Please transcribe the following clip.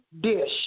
dish